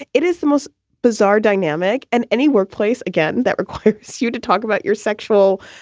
it it is the most bizarre dynamic and any workplace, again, that requires you to talk about your sexual.